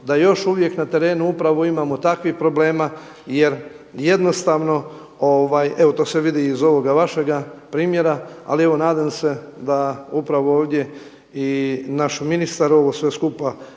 da još uvijek na terenu upravo imamo takvih problema jer jednostavno evo to se vidi iz ovog vašega primjera, ali evo nadam se da upravo ovdje i naš ministar ovo sve skupa i čuje,